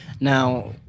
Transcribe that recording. Now